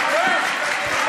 חלש.